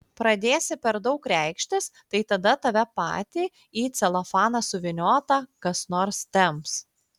pradėsi per daug reikštis tai tada tave patį į celofaną suvyniotą kas nors temps